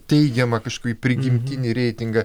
teigiamą kažkokį prigimtinį reitingą